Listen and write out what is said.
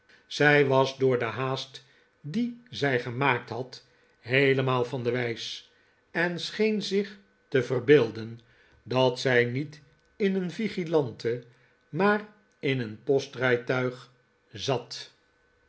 zij was door de haast die zij gemaakt had heelemaal van de wijs en scheen zich te verbeelden dat zij niet in een vigilante maar in een postrijtuig zat